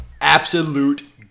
Absolute